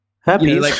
Happy